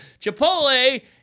Chipotle